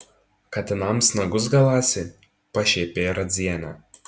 katinams nagus galąsi pašiepė radzienę